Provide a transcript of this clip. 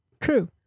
true